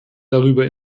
darüber